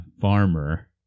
farmer